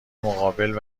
مقابل